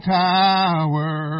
tower